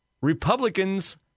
Republicans